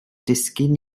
disgyn